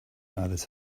others